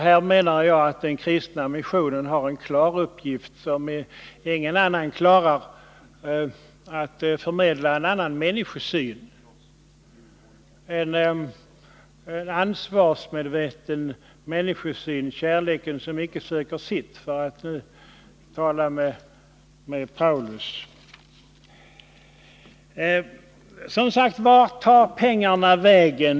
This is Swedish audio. Här har den kristna missionen en klar uppgift som ingen annan klarar: att förmedla en ny människosyn, ansvarskänsla för andra — kärleken som icke söker sitt, för att tala med aposteln Paulus. Som sagt: Vart tar pengarna vägen?